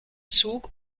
zug